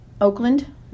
Oakland